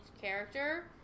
character